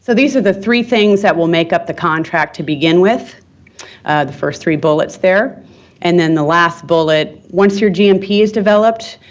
so these are the three things that will make up the contract to begin with the first three bullets there and then the last bullet once your gmp is developed,